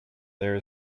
there